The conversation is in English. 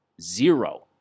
Zero